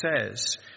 says